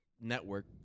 network